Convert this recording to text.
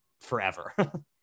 forever